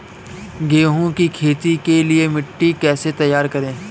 गेहूँ की खेती के लिए मिट्टी कैसे तैयार करें?